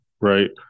right